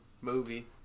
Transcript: movie